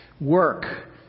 work